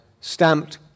stamped